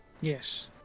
yes